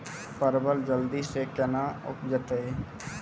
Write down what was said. परवल जल्दी से के ना उपजाते?